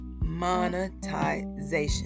monetization